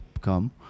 come